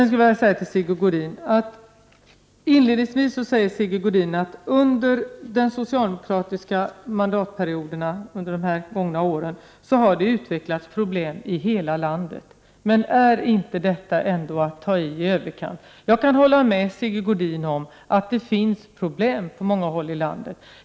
Sigge Godin sade inledningsvis att det under de socialdemokratiska mandatperioderna har utvecklats problem i hela landet. Men är detta ändå inte att ta i för mycket? Jag kan hålla med Sigge Godin om att det finns problem på många håll i landet.